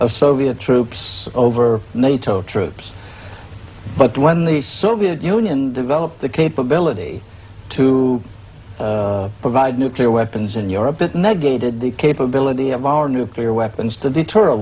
of soviet troops over nato troops but when the soviet union developed the capability to provide nuclear weapons in europe it no good the capability of our nuclear weapons to deter a